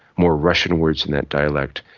more russian words in that dialect.